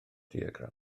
diagram